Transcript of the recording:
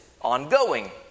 ongoing